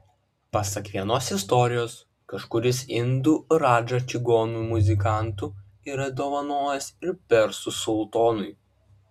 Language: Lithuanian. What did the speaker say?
pasak vienos istorijos kažkuris indų radža čigonų muzikantų yra dovanojęs ir persų sultonui